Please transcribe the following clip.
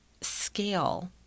scale